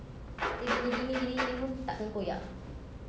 dia gini gini gini gini pun tak akan koyak